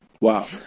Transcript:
Wow